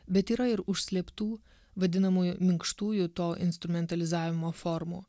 bet yra ir užslėptų vadinamųjų minkštųjų to instrumentalizavimo formų